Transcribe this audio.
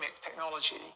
technology